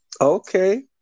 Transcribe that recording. Okay